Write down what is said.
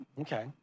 Okay